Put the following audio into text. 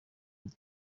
muri